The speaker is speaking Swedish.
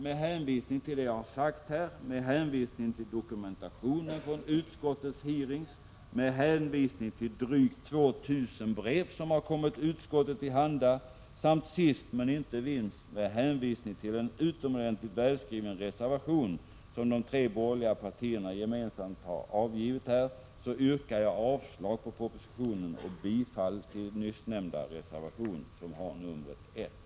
Med hänvisning till vad jag har sagt här, med hänvisning till dokumentationen från utskottets hearings, med hänvisning till de drygt 2 000 brev som kommit utskottet till handa, samt sist men inte minst med hänvisning till den utomordentligt välskrivna reservation som de tre borgerliga partierna gemensamt har avgivit, yrkar jag avslag på propositionen och bifall till nyssnämnda reservation, nr 1.